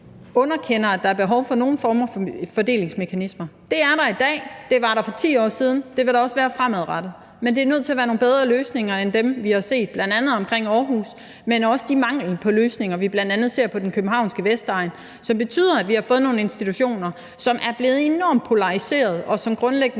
underkender, at der er behov for nogen former for fordelingsmekanismer. Det er der i dag, det var der også for 10 år siden, og det vil der også være fremadrettet. Men det er nødt til at være nogle bedre løsninger end dem, vi bl.a. har set omkring Aarhus, men også den mangel på løsninger, vi bl.a. ser på den københavnske vestegn, og som betyder, at vi har fået nogle institutioner, som er blevet enormt polariseret, og som grundlæggende